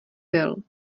byl